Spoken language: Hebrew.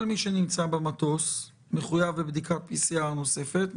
כל מי שנמצא במטוס מחויב בבדיקת PCR נוספת.